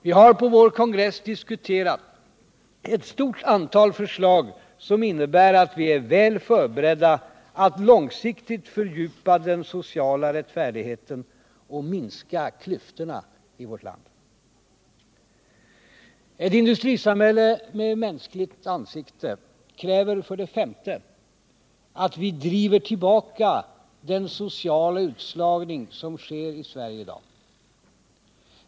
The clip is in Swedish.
Vi har på vår kongress diskuterat ett stort antal förslag, som innebär att vi är väl förberedda att långsiktigt fördjupa den sociala rättfärdigheten och minska klyftorna i vårt land. Ett industrisamhälle med mänskligt ansikte kräver, för det femte, att vi driver tillbaka den sociala utslagning som sker i Sverige i dag.